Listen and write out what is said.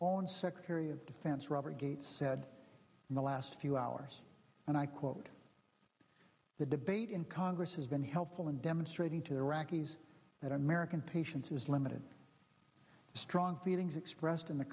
on secretary of defense robert gates said in the last few hours and i quote the debate in congress has been helpful in demonstrating to the iraqis that american patience is limited strong feelings expressed in the